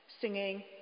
singing